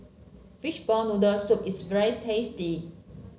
Fishball Noodle Soup is very tasty